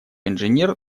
инженер